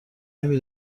نمی